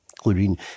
including